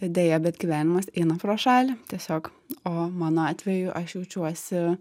deja bet gyvenimas eina pro šalį tiesiog o mano atveju aš jaučiuosi